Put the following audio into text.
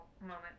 moment